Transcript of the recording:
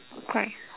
okay